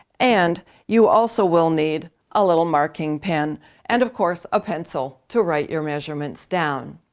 and you also will need a little marking pen and of course a pencil to write your measurements down.